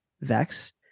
Vex